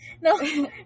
No